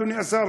אדוני השר,